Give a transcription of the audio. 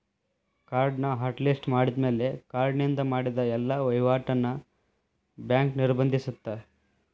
ಕಾರ್ಡ್ನ hot list ಮಾಡಿದ್ಮ್ಯಾಲೆ ಕಾರ್ಡಿನಿಂದ ಮಾಡ ಎಲ್ಲಾ ವಹಿವಾಟ್ನ ಬ್ಯಾಂಕ್ ನಿರ್ಬಂಧಿಸತ್ತ